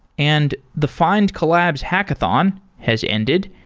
and the findcollabs hackathon has ended.